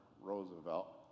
Roosevelt